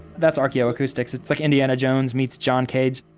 that's archeo-acoustics. it's like indian jones meets john cage.